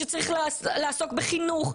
שצריך לעסוק בחינוך,